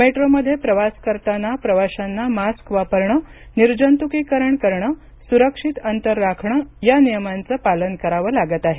मेट्रोमध्ये प्रवास करताना प्रवाशांना प मास्क वापरणं निर्जंतुकीकरण करणं सुरक्षित अंतर राखणं या नियमांचं पालन करावं लागत आहे